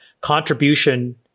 contribution